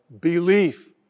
belief